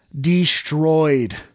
destroyed